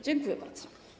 Dziękuję bardzo.